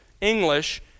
English